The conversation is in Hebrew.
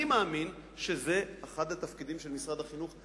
אני מאמין שזה אחד התפקידים של משרד החינוך.